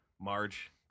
Marge